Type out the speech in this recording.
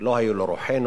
לא היו לרוחנו,